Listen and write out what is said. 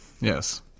Yes